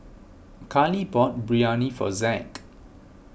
Khalil bought Biryani for Zack